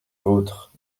vôtre